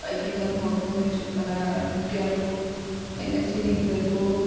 ᱟᱹᱰᱤ ᱜᱟᱱ ᱦᱚᱲᱠᱚ ᱦᱤᱡᱩᱜ ᱠᱟᱱᱟ ᱟᱹᱰᱤ ᱟᱸᱴ ᱠᱚ ᱮᱱᱮᱡ ᱥᱮᱨᱮᱧ ᱮᱫᱟ ᱠᱚ